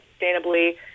sustainably